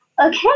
Okay